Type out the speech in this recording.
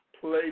play